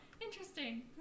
interesting